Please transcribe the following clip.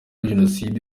jenoside